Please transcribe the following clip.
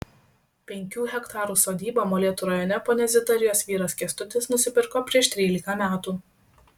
penkių hektarų sodybą molėtų rajone ponia zita ir jos vyras kęstutis nusipirko prieš trylika metų